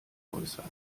äußern